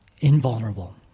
invulnerable